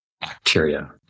bacteria